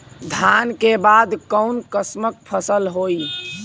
धान के बाद कऊन कसमक फसल होई?